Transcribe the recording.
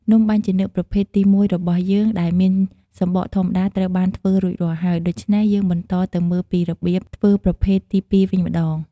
នំបាញ់ចានឿកប្រភេទទីមួយរបស់យើងដែលមានសំបកធម្មតាត្រូវបានធ្វើរួចរាល់ហើយ ដូច្នេះ យើងបន្តទៅមើលពីរបៀបធ្វើប្រភេទទីពីរវិញម្ដង។